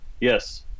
Yes